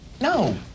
no